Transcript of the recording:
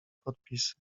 podpisy